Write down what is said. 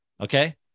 Okay